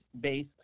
Base